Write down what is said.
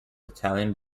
italian